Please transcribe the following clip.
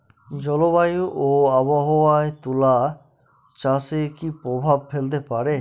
জলবায়ু ও আবহাওয়া তুলা চাষে কি প্রভাব ফেলতে পারে?